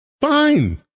fine